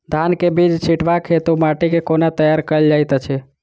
धान केँ बीज छिटबाक हेतु माटि केँ कोना तैयार कएल जाइत अछि?